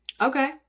okay